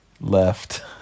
left